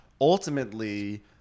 ultimately